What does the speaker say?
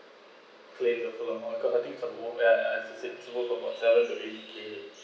claim the full amount because I think it's a lure bag and it exceed seven to fifteen K